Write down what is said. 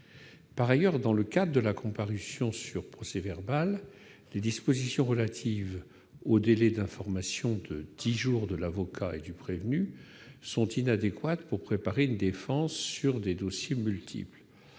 Par ailleurs, dans le cadre de la comparution sur procès-verbal, les dispositions relatives au délai d'information de dix jours de l'avocat et du prévenu sont inadéquates pour préparer une défense sur des dossiers multiples.